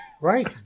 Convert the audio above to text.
right